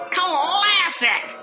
Classic